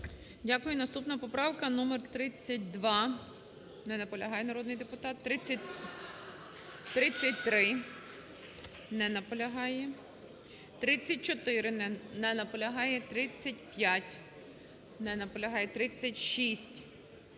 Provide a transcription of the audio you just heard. Дякую. Наступна поправка номер 32. Не наполягає народний депутат. 33. Не наполягає. 34. Не наполягає. 35. Не наполягає. 36.